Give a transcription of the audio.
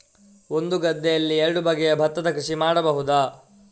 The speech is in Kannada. ಒಂದು ಗದ್ದೆಯಲ್ಲಿ ಎರಡು ಬಗೆಯ ಭತ್ತದ ಕೃಷಿ ಮಾಡಬಹುದಾ?